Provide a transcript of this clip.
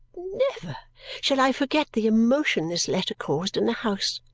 never shall i forget the emotion this letter caused in the house!